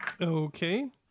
Okay